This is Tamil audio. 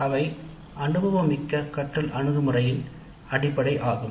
அவை அனுபவமிக்க கற்றல் அணுகுமுறைக்கான அடிப்படை ஆகும்